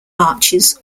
arches